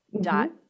dot